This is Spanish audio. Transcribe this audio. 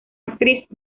actriz